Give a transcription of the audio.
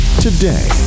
today